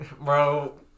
Bro